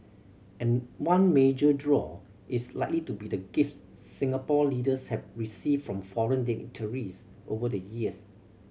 and one major draw is likely to be the gifts Singapore leaders have received from foreign dignitaries over the years